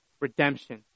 redemption